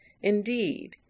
Indeed